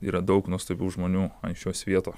yra daug nuostabių žmonių šio svieto